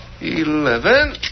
Eleven